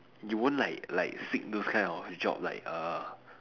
you won't like like seek those kind of job like err